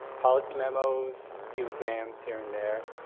policy memos, a few exams here and there,